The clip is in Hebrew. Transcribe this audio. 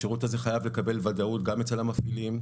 השירות הזה חייב לקבל ודאות גם אצל המפעילים,